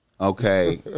Okay